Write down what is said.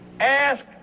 ask